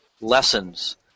lessons